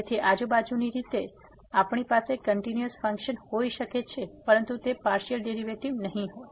તેથી આજુબાજુની રીતે આપણી પાસે કંટીન્યુઅસ ફંક્શન હોઈ શકે છે પરંતુ તે પાર્સીઅલ ડેરીવેટીવ નહીં હોય